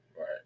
right